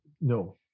no